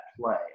play